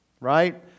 right